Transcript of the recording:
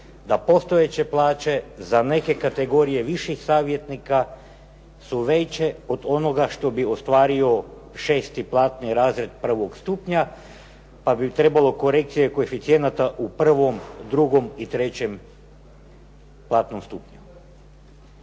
da postojeće plaće za neke kategorije viših savjetnika su veće od onoga što bi ostvario 6. platni razred 1. stupnja pa bi trebalo korekcije koeficijenata u 1., 2. i 3. platnom stupnju.